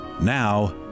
Now